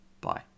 bye